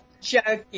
joking